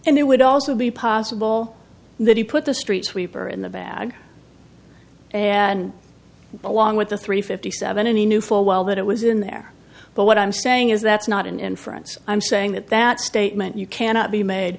and it would also be possible that he put the street sweeper in the bag and along with the three fifty seven and he knew full well that it was in there but what i'm saying is that's not an inference i'm saying that that statement you cannot be made